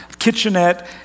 kitchenette